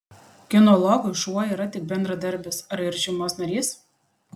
kinologui šuo yra tik bendradarbis ar ir šeimos narys